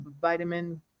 vitamin